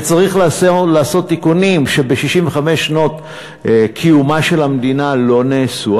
וצריך לעשות תיקונים שב-65 שנות קיומה של המדינה לא נעשו,